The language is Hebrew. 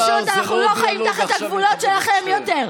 פשוט אנחנו לא חיים תחת הגבולות שלכם יותר.